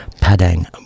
Padang